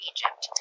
Egypt